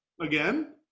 again